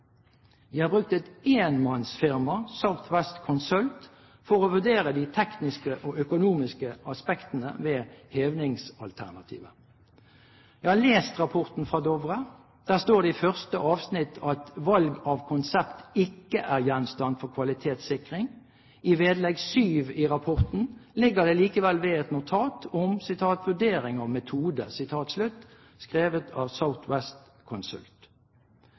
har brukt et enmannsfirma, South West Consult, for å vurdere de tekniske og økonomiske aspektene ved hevingsalternativer. Jeg har lest rapporten fra Dovre Group. Der står det i første avsnitt i sammendraget: «Valg av konsept er ikke gjenstand for kvalitetssikring.» I vedlegg 7 i rapporten ligger det likevel ved et notat om